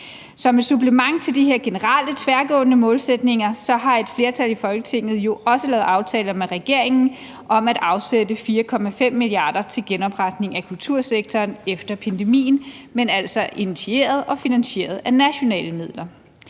Som et supplement til de her generelle tværgående målsætninger har et flertal i Folketinget jo også lavet aftaler med regeringen om at afsætte 4,5 mia. kr. til genopretning af kultursektoren efter pandemien, men initieret og finansieret af nationale midler.